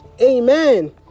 Amen